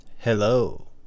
Hello